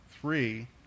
three